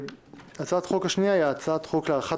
והצעת החוק השנייה היא הצעת חוק להארכת